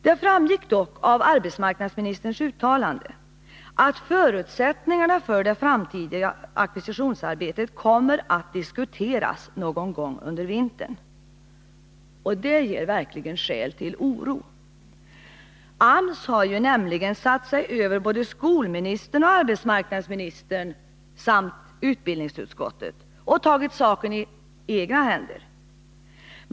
Det framgick dock av arbetsmarknadsministerns uttalande att förutsättningarna för det framtida ackvisitionsarbetet kommer att diskuteras någon gång under vintern. Detta ger verkligen skäl till oro. AMS har nämligen satt sig över både skolministern och arbetsmarknadsministern samt utbildningsutskottet och har tagit saken i egna händer.